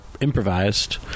improvised